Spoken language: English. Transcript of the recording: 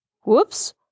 Whoops